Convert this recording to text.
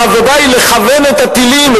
העבודה היא לכוון את הטילים,